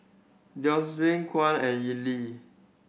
Theodocia Watt and Elie